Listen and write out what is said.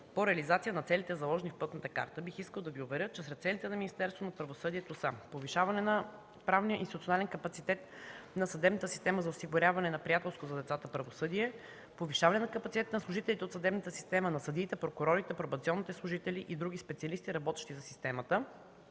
по реализация на целите, заложени в пътната карта. Бих искала да Ви уверя, че сред целите на Министерството на правосъдието са: повишаване на правния институционален капацитет на съдебната система за осигуряване на приятелско за децата правосъдие; повишаване на капацитета на служителите от съдебната система – съдиите, прокурорите, пробационните служители и други специалисти, работещи за системата,